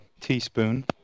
teaspoon